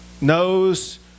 knows